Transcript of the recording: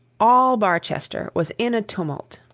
all barchester was in a tumult.